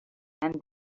and